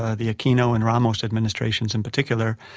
ah the aquino and ramos administrations in particular,